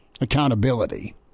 Accountability